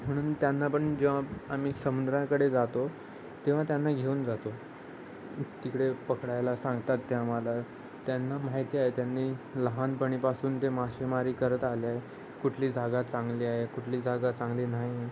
म्हणून त्यांना पण जेव्हा आम्ही समुद्राकडे जातो तेव्हा त्यांना घेऊन जातो तिकडे पकडायला सांगतात ते आम्हाला त्यांना माहिती आहे त्यांनी लहानपणीपासून ते मासेमारी करत आले आहे कुठली जागा चांगली आहे कुठली जागा चांगली नाही आहे